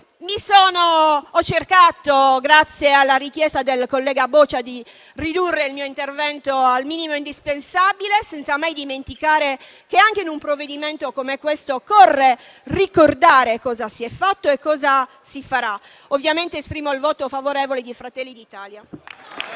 Ho cercato, grazie alla richiesta del collega Boccia, di ridurre il mio intervento al minimo indispensabile, senza mai dimenticare che anche in un provvedimento come questo occorre ricordare cosa si è fatto e cosa si farà. Ovviamente esprimo il voto favorevole di Fratelli d'Italia.